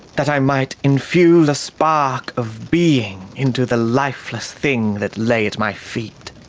that i might infuse a spark of being into the lifeless thing that lay at my feet.